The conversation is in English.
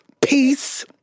peace